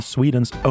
Swedens